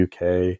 UK